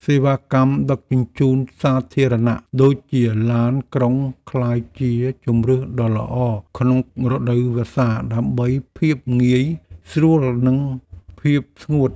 សេវាកម្មដឹកជញ្ជូនសាធារណៈដូចជាឡានក្រុងក្លាយជាជម្រើសដ៏ល្អក្នុងរដូវវស្សាដើម្បីភាពងាយស្រួលនិងភាពស្ងួត។